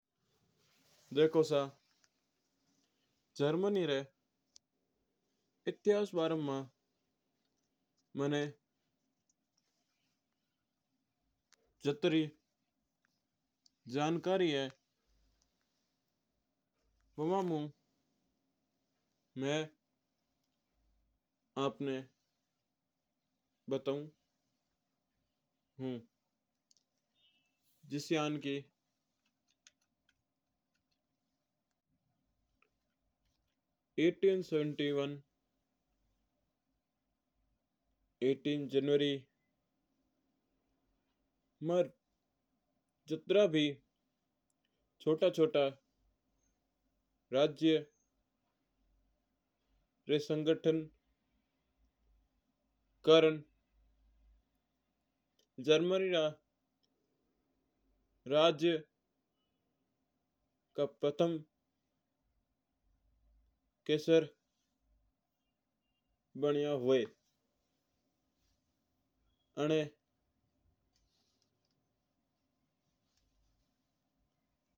देखो सा हुकम जर्मनी रे इतिहास री वीरा में जात्री जानकारी है, वामू में आपणा बताओ हऊँ। ज्या कि अठारह सौ बहत्तर अठारह जन यात्रा भी छोटा-छोटा राज्य वा संगठन कर जर्मन राज्य कू एकतू करणा जर्मनी राज्य बनाओ है।